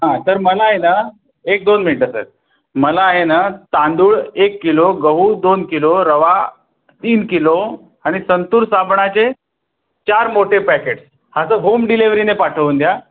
हां तर मला आहे ना एक दोन मिनिटं सर मला आहे ना तांदूळ एक किलो गहू दोन किलो रवा तीन किलो आणि संतूर साबणाचे चार मोठे पॅकेट्स असं होम डिलेव्हरीने पाठवून द्या